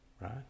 right